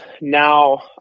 now